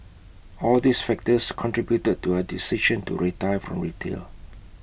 all these factors contributed to our decision to retire from retail